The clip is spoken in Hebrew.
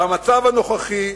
"במצב הנוכחי,